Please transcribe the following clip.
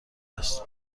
است